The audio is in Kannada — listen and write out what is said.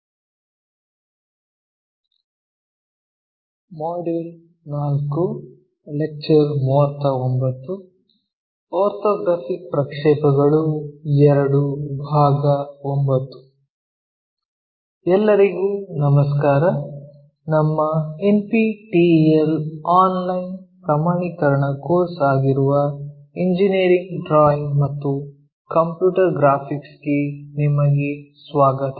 ಆರ್ಥೋಗ್ರಾಫಿಕ್ ಪ್ರಕ್ಷೇಪಗಳು II ಭಾಗ 9 ಎಲ್ಲರಿಗೂ ನಮಸ್ಕಾರ ನಮ್ಮ ಎನ್ಪಿಟಿಇಎಲ್ ಆನ್ಲೈನ್ ಪ್ರಮಾಣೀಕರಣ ಕೋರ್ಸ್ ಆಗಿರುವ ಇಂಜಿನಿಯರಿಂಗ್ ಡ್ರಾಯಿಂಗ್ ಮತ್ತು ಕಂಪ್ಯೂಟರ್ ಗ್ರಾಫಿಕ್ಸ್ ಗೆ ನಿಮಗೆ ಸ್ವಾಗತ